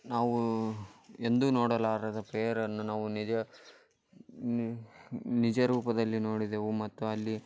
ನಾವು ಎಂದೂ ನೋಡಲಾರದ ಪ್ಲೇಯರನ್ನು ನಾವು ನಿಜ ನಿಜ ರೂಪದಲ್ಲಿ ನೋಡಿದೆವು ಮತ್ತು ಅಲ್ಲಿ